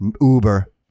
Uber